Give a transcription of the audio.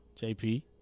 JP